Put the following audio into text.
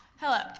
hello,